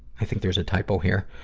i think there's a typo here.